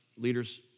leader's